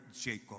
Jacob